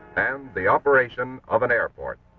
and the operation of an airport.